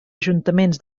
ajuntaments